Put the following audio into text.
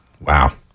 Wow